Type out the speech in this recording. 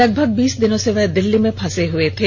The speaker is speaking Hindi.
लगभग बीस दिनों से वह दिल्ली में फंसे हुए थे